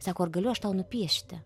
sako ar galiu aš tau nupiešti